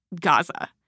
Gaza